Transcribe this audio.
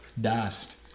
dust